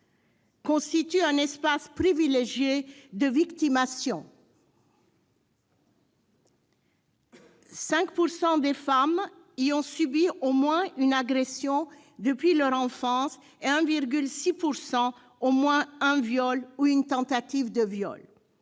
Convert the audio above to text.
constituent un espace privilégié de victimation. Ainsi, 5 % des femmes y ont subi au moins une agression depuis leur enfance et 1,6 % au moins un viol ou une tentative de viol.